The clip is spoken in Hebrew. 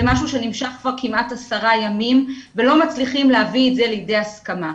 זה משהו שנמשך כבר כמעט עשרה ימים ולא מצליחים להביא את זה לידי הסכמה.